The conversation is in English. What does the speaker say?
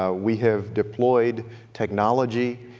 ah we have deployed technology